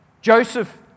Joseph